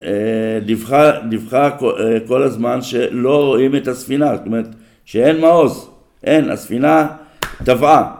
דווחה כל הזמן שלא רואים את הספינה, זאת אומרת שאין מעוז, אין, הספינה טבעה.